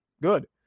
good